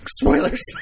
Spoilers